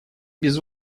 без